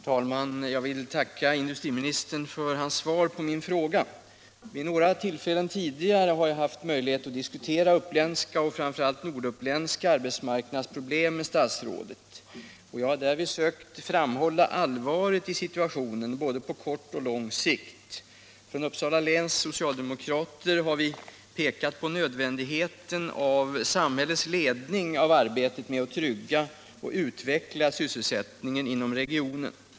Herr talman! Jag vill tacka industriministern för hans svar på min fråga. Vid några tillfällen har jag tidigare haft möjlighet att diskutera uppländska — framför allt norduppländska — arbetsmarknadsproblem med statsrådet. Jag har därvid sökt framhålla allvaret i situationen både på kort och på lång sikt. Från Uppsala läns socialdemokrater har vi pekat på nödvändigheten av samhällets ledning av arbetet med att trygga och utveckla sysselsättningen inom regionen.